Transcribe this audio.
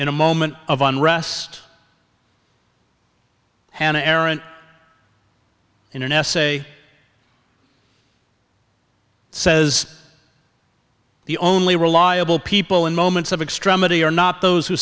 in a moment of unrest hannah arendt in an essay says the only reliable people in moments of extremity are not those who